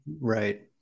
right